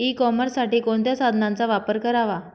E कॉमर्ससाठी कोणत्या साधनांचा वापर करावा?